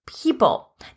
People